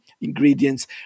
ingredients